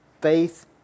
Faith